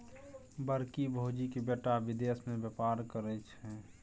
बड़की भौजीक बेटा विदेश मे बेपार करय छै